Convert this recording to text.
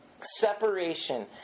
separation